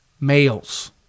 males